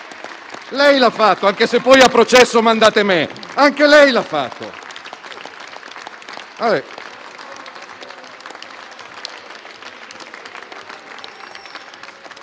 Lei l'ha fatto, anche se poi a processo mandate me.